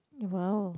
!wow!